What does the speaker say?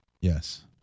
Yes